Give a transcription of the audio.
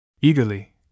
Eagerly